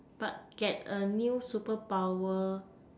but get a new superpower